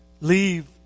leave